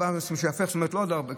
שהוא ייהפך, זאת אומרת לא עוד ארבעה.